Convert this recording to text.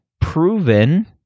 proven